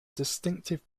distinctive